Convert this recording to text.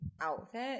outfit